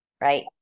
right